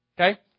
Okay